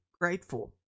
grateful